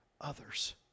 others